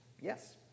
yes